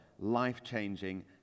life-changing